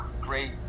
great